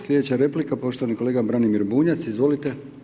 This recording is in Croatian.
Slijedeća replika, poštovani kolega Branimir Bunjac, izvolite.